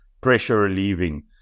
pressure-relieving